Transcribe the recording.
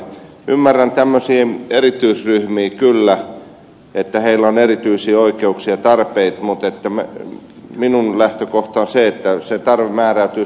ymmärrän tämmöisiä erityisryhmiä kyllä että niillä on erityisiä oikeuksia ja tarpeita mutta minun lähtökohtani on se että se tarve määräytyy sosiaalisin perustein